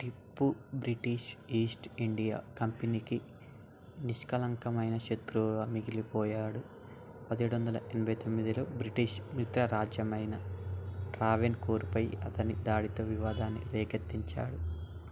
Tipu British East India కంపెనీకి నిష్కళంకమైన శత్రువుగా మిగిలిపోయాడు పదిహేడు వందల ఎనభై తొమ్మిదిలో బ్రిటీష్ మిత్రరాజ్యమైన ట్రావెన్కోర్పై అతని దాడితో వివాదాన్ని రేకెత్తించాడు